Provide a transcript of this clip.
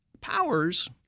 Powers